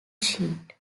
sheet